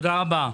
תודה רבה.